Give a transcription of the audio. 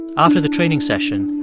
after the training session,